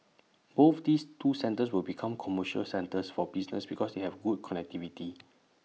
both these two centres will become commercial centres for business because they have good connectivity